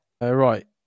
right